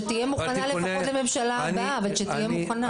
שתהיה מוכנה לפחות לממשלה הבאה, אבל שתהיה מוכנה.